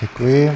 Děkuji.